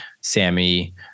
Sammy